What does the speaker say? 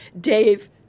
Dave